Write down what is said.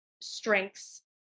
strengths